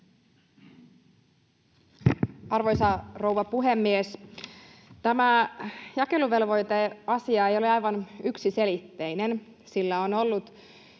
Arvoisa rouva puhemies! Tämä jakeluvelvoiteasia ei ole aivan yksiselitteinen. Sillä on ollut